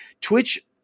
Twitch